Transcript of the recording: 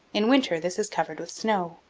in winter this is covered with snow.